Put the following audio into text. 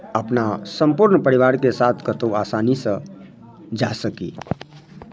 अपना सम्पूर्ण परिवारके साथ कतहु आसानीसँ जा सकी